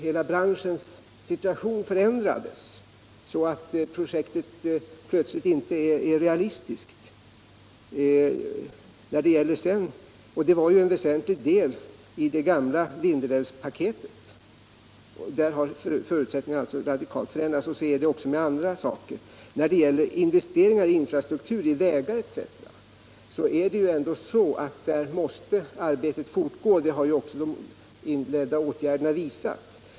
Hela branschens situation förändrades så att projektet plötsligen blev orealistiskt, och det projektet var en väsentlig del i det gamla Vindelälvspaketet. Förutsättningarna har alltså radikalt förändrats där, och så är det också för andra projekt. När det gäller investeringar och infrastruktur för vägar etc. är det så att det arbetet måste fortgå — det har också de inledda åtgärderna visat.